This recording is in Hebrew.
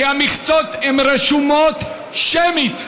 כי המכסות רשומות שמית.